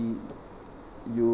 you